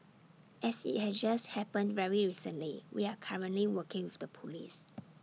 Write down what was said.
as IT has just happened very recently we are currently working with the Police